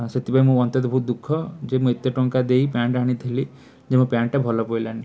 ସେଥିପାଇଁ ମୁଁ ଅତ୍ୟନ୍ତ ବହୁତ ଦୁଃଖ ଯେ ମୁଁ ଏତେ ଟଙ୍କା ଦେଇ ପ୍ୟାଣ୍ଟ ଆଣିଥିଲି ଯେ ମୋ ପ୍ୟାଣ୍ଟଟା ଭଲ ପଡ଼ିଲାନି